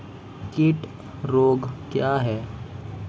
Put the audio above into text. कीट रोग क्या है?